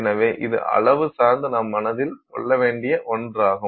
எனவே இது அளவு சார்ந்து நாம் மனதில் கொள்ள வேண்டிய ஒன்றாகும்